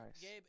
Gabe